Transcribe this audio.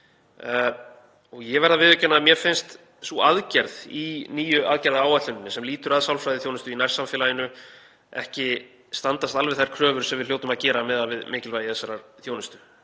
Ég verð að viðurkenna að mér finnst sú aðgerð í nýju aðgerðaáætluninni sem lýtur að sálfræðiþjónustu í nærsamfélaginu ekki standast þær kröfur sem við hljótum að gera miðað við mikilvægi þessarar þjónustu.